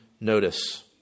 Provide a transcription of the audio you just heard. notice